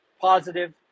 positive